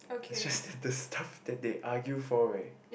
is just that the stuff they argue for like